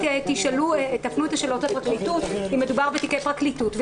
אני מציעה שתפנו את השאלות לפרקליטות כי מדובר בתיקי פרקליטות,